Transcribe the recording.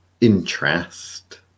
interest